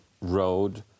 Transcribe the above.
road